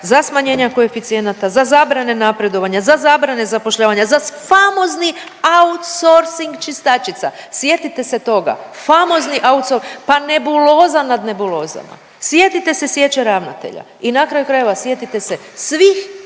za smanjenje koeficijenata, za zabrane napredovanja, za zabrane zapošljavanja, za famozni outsourcing čistačica sjetite se toga, famozni outsuor… pa nebuloza nad nebulozama, sjetite se sječe ravnatelja i na kraju krajeva sjetite se svih